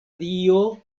dio